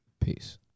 peace